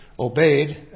Obeyed